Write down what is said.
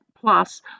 plus